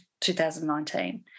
2019